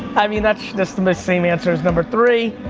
i mean, that's just and the same answer as number three.